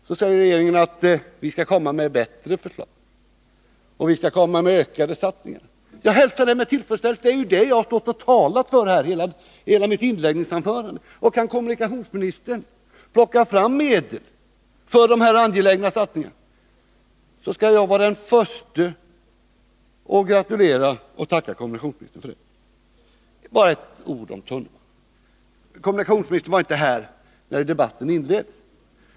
Då säger regeringen: Vi skall komma med bättre förslag och öka satsningarna. Det hälsar jag med tillfredsställelse. Det är det som jag har talat för i hela mitt inledningsanförande. Kan kommunikationsministern plocka fram medel för dessa angelägna satsningar, skall jag vara den förste att gratulera och tacka kommunikationsministern. Avslutningsvis vill jag säga bara några ord om tunnelbanebygget. Kommunikationsministern var inte här när debatten inleddes.